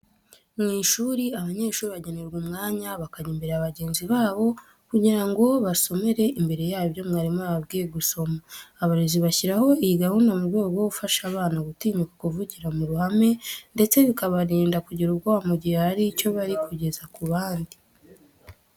Mu ishuri abanyeshuri bagenerwa umwanya bakajya imbere ya bagenzi babo kugira ngo basomere imbere yabo ibyo mwarimu yababwiye gusoma. Abarezi bashyiraho iyi gahunda mu rwego rwo gufasha abana gutinyuka kuvugira mu ruhame ndetse bikabarinda kugira ubwoba mu gihe hari icyo bari kugeza ku bandi.